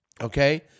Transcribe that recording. okay